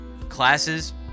classes